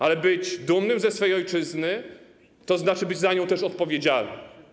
Ale być dumnym ze swojej ojczyzny to znaczy być za nią też odpowiedzialnym.